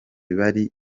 bari